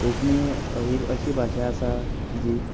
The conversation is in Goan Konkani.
कोंकणी एक अशी भाशा आसा जी